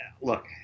look